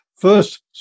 first